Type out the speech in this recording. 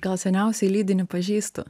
gal seniausiai leidinį pažįstu